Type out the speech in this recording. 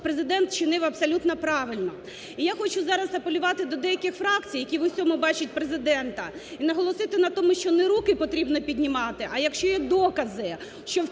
Президент вчинив абсолютно правильно. І я хочу зараз апелювати до деяких фракцій, які у всьому бачать Президента. І наголосити на тому, що не руки потрібно піднімали, а, якщо є докази, що в